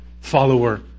follower